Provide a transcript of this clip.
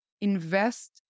invest